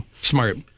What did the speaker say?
Smart